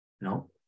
no